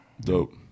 Dope